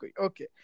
Okay